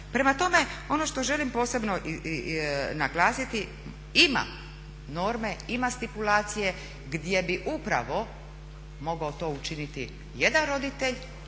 Prema tome, ono što želim posebno naglasiti, ima norme, ima stipulacije gdje bi upravo mogao to učiniti jedan roditelj,